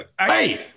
Hey